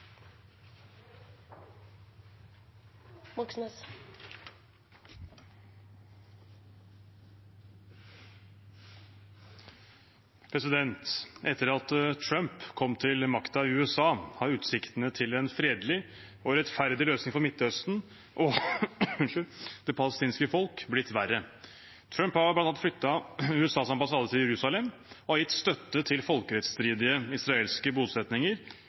demokratistøtta. Etter at Trump kom til makten i USA, har utsiktene til en fredelig og rettferdig løsning for Midtøsten og det palestinske folk blitt dårligere. Trump har bl.a. flyttet USAs ambassade til Jerusalem og gitt støtte til folkerettsstridige israelske